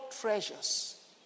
treasures